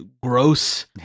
gross